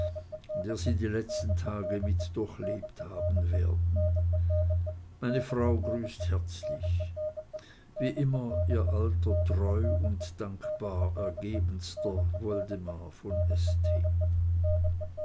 der sie die letzten tage mit durchlebt haben werden meine frau grüßt herzlichst wie immer ihr alter treu und dankbar ergebenster woldemar v